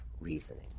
reasoning